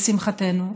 לשמחתנו,